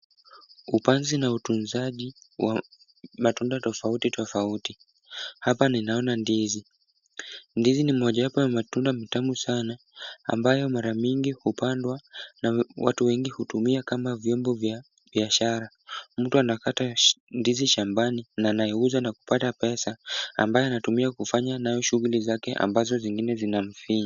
Upanzi na utunzaji wa matunda tofauti tofauti. Hapa ninaona ndizi. Ndizi ni mojawapo ya matunda matamu sana, ambayo mara mingi hupandwa na watu wengi hutumia kama vyombo vya biashara. Mtu anakata ndizi shambani na anaiuza kupata pesa ambayo anatumia kufanya nayo shughuli zake ambazo zingine zinamfinya.